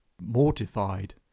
mortified